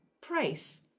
price